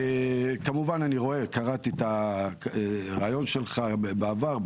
קראתי את הריאיון שלך בעבר,